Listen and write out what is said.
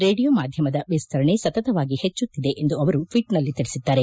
radio ಮಾಧ್ಯಮದ ವಿಸ್ತರಣೆ ಸತತವಾಗಿ ಪೆಚ್ಚುತ್ತಿದೆ ಎಂದು ಅವರು ಟ್ವೀಟ್ನಲ್ಲಿ ತಿಳಿಸಿದ್ದಾರೆ